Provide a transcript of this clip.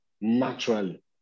naturally